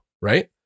Right